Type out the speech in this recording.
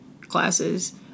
classes